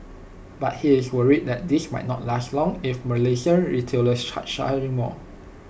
but he is worried that this might not last long if Malaysian retailers start charging more